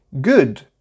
good